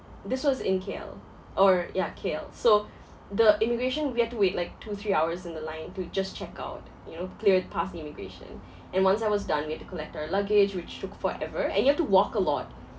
this was in K_L or yeah K_L so the immigration we had to wait like two three hours in the line to just check out you know cleared past the immigration and once I was done we have to collect our luggage which took forever and you have to walk a lot